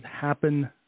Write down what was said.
happen